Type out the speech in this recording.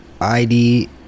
ID